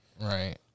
Right